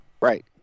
Right